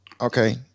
Okay